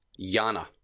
YANA